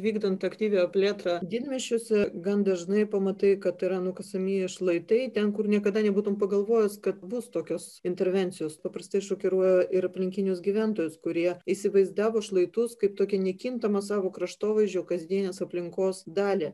vykdant aktyvią plėtrą didmiesčiuose gan dažnai pamatai kad yra nukasami šlaitai ten kur niekada nebūtumei pagalvojęs kad bus tokios intervencijos paprastai šokiruoja ir aplinkinius gyventojus kurie įsivaizdavo šlaitus kaip tokį nekintamą savo kraštovaizdžio kasdienės aplinkos dalį